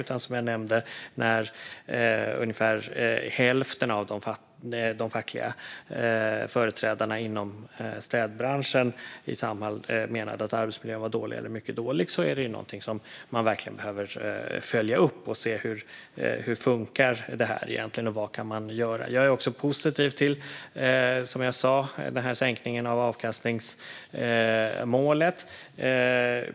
Som jag nämnde menade ungefär hälften av de fackliga företrädarna inom städbranschen i Samhall att arbetsmiljön var dålig eller mycket dålig. Detta är verkligen någonting som man behöver följa upp för att se hur det egentligen funkar och vad man kan göra. Som jag sa är jag också positiv till sänkningen av avkastningsmålet.